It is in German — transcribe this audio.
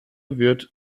wird